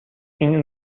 این